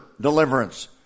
deliverance